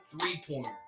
three-pointer